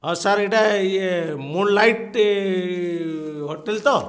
ହଁ ସାର୍ ଏଇଟା ଇଏ ମୁନ୍ଲାଇଟ୍ ହୋଟେଲ୍ ତ